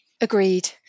Agreed